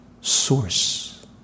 Source